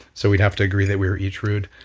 so we'd have to agree that we were each rude.